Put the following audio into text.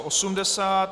80.